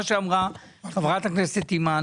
מה שאמרה חברת הכנסת אימאן